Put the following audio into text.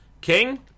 King